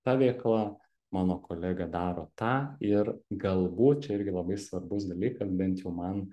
ta veikla mano kolega daro tą ir galbūt čia irgi labai svarbus dalykas bent jau man